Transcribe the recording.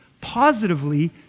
Positively